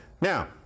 Now